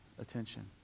attention